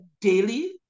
daily